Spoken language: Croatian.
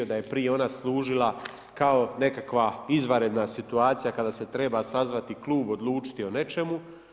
Da je prije ona služila kao nekakva izvanredna situacija kada se treba sazvati klub, odlučiti o nečemu.